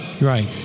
Right